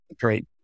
Great